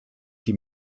die